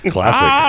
Classic